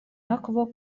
akvo